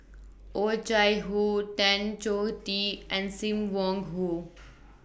Oh Chai Hoo Tan Choh Tee and SIM Wong Hoo